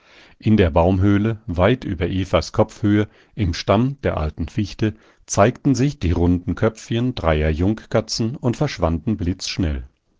in der baumhöhle weit über evas kopfhöhe im stamm der alten fichte zeigten sich die runden köpfchen dreier jungkatzen und verschwanden blitzschnell